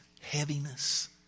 heaviness